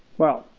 well,